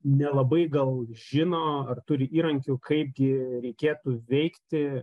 nelabai gal žino ar turi įrankių kaipgi reikėtų veikti